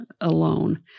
alone